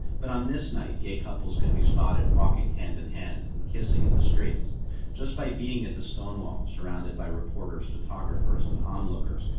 but on this night, gay couples could be spotted walking hand in hand and kissing in the streets just by being at the stonewall surrounded by reporters, photographers, and onlookers.